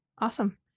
Awesome